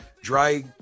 dry